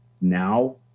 now